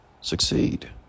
succeed